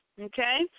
Okay